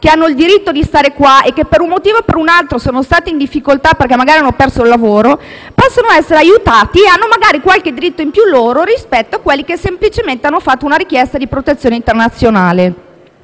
che hanno il diritto di stare nel nostro Paese, e che, per un motivo o per un altro, si sono trovati in difficoltà perché magari hanno perso il lavoro, possano essere aiutati e abbiano magari qualche diritto in più rispetto a quelli che semplicemente hanno fatto una richiesta di protezione internazionale.